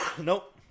Nope